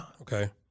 Okay